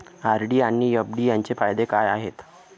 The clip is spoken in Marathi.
आर.डी आणि एफ.डी यांचे फायदे काय आहेत?